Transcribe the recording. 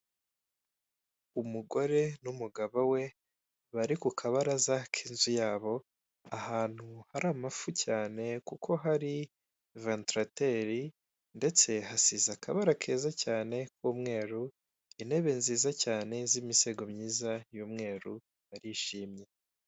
Umugore n'umugabo we bari ku kabaraza k'inzu yabo ahantu hari amafu cyane kuko hari vandarateri ndetse hasize akabara keza cyane k'umweru, intebe nziza cyane z'imisego myiza y'umweru barishimye.